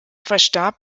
verstarb